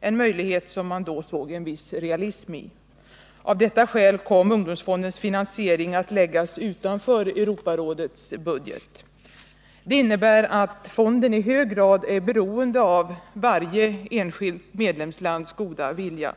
en möjlighet som man då såg en viss realism i. Av detta skäl kom ungdomsfondens finansiering att läggas utanför Europarådets budget. Det innebär att fonden i hög grad är beroende av varje enskilt medlemslands goda vilja.